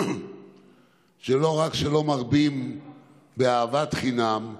שלא רק שלא מרבים באהבת חינם,